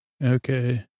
Okay